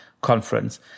Conference